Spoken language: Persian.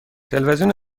تلویزیون